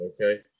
Okay